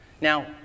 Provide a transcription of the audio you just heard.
Now